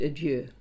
Adieu